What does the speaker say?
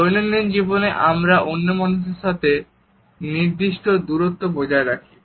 দৈনন্দিন জীবনে আমরা অন্য মানুষের সাথে নির্দিষ্ট দূরত্ব বজায় রাখি